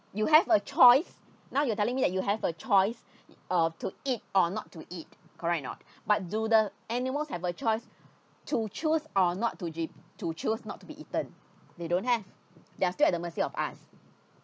you have a choice now you're telling me that you have a choice uh to eat or not to eat correct or not but do the animals have a choice to choose or not to to choose not to be eaten they don't have they are still at the mercy of us